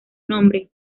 nombre